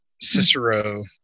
Cicero